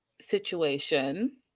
situation